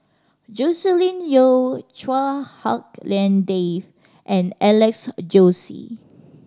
Joscelin Yeo Chua Hak Lien Dave and Alex Josey